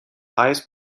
highest